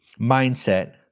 mindset